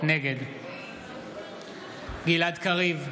נגד גלעד קריב,